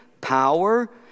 power